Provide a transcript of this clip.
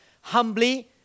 Humbly